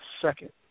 second